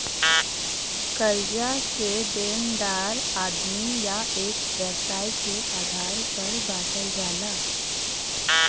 कर्जा के देनदार आदमी या एक व्यवसाय के आधार पर बांटल जाला